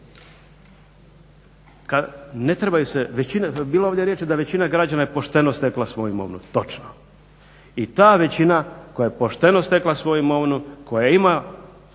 Ne trebaju se, bilo je ovdje riječi da većina građana je pošteno stekla svoju imovinu. Točno, i ta većina koja je pošteno stekla svoju imovinu, koja ima